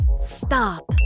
Stop